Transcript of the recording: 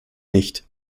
nicht